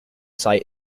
site